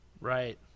Right